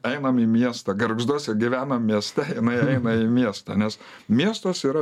einame į miestą gargžduose gyvenom mieste jinai eina į miestą nes miestas yra